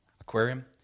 aquarium